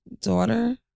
daughter